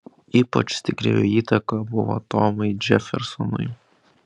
ypač stipri jo įtaka buvo tomui džefersonui